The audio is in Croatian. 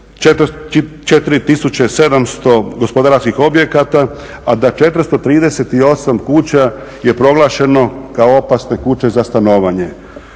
4700 gospodarskih objekata, a da 438 kuća je proglašeno kao opasne kuće za stanovanje.